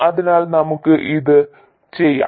അതിനാൽ നമുക്ക് ഇത് ചെയ്യാം